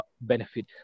benefit